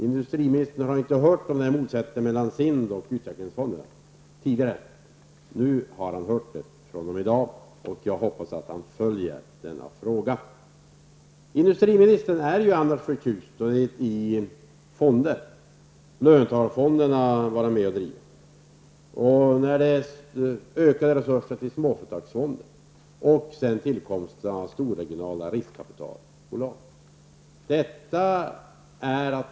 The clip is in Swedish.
Industriministern har inte hört om motsättningen mellan SIND och utvecklingsfonderna tidigare. I dag har han fått höra det. Jag hoppas att han följer utvecklingen i denna fråga. Industriministern är förtjust i löntagarfonderna, som han har varit med och drivit, ökade resurser till småföretagsfonder och tillkomsten av stora regionala riskkapitalbolag.